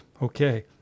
Okay